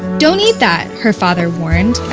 don't eat that, her father warned.